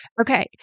okay